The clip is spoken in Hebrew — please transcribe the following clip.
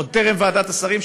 עוד טרם ועדת השרים.